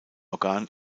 organ